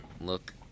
look